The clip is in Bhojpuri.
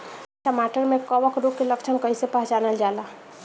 टमाटर मे कवक रोग के लक्षण कइसे पहचानल जाला?